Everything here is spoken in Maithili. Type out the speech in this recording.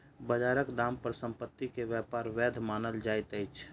बजारक दाम पर संपत्ति के व्यापार वैध मानल जाइत अछि